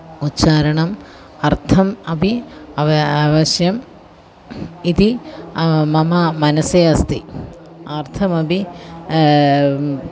उच्चारणम् अर्थम् अपि अव अवश्यम् इति मम मनसि अस्ति अर्थमभिः